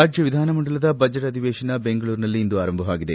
ರಾಜ್ಯ ವಿಧಾನಮಂಡಲದ ಬಜೆಟ್ ಅಧಿವೇಶನ ಬೆಂಗಳೂರಿನಲ್ಲಿ ಇಂದು ಆರಂಭವಾಗಿದೆ